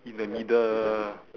in the middle